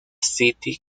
city